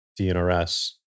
DNRS